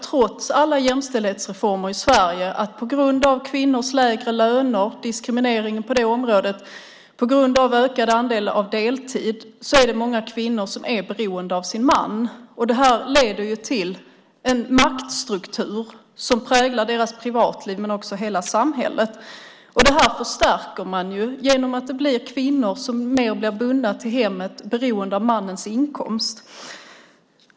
Trots alla jämställdhetsreformer i Sverige är det redan i dag, på grund av kvinnors lägre löner och diskriminering på det området och på grund av en ökad andel deltid, många kvinnor som är beroende av sin man. Det leder till en maktstruktur som präglar deras privatliv men också hela samhället. Nu förstärker man detta genom att det blir kvinnor som blir mer bundna till hemmet och beroende av mannens inkomst.